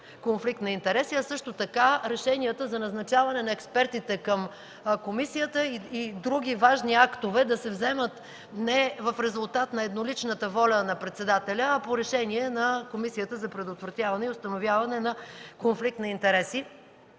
конфликт на интереси, а също така решенията за назначаване на експертите към комисията и други важни актове да се вземат не в резултат на едноличната воля на председателя, а по решение на Комисията за предотвратяване и установяване на конфликт на интереси.